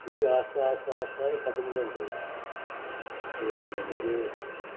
क्योंकि आस्ता आस्ता आस्ता एह् खतम गै होंदा जा दा एह् हून मतलब के